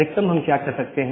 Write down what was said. अधिकतम हम क्या कर सकते हैं